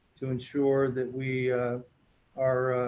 to ensure that we are